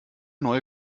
neue